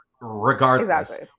regardless